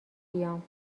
بیام